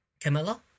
Camilla